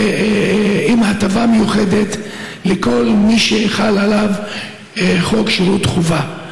ועם הטבה מיוחדת לכל מי שחל עליו חוק שירות חובה.